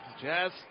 Jazz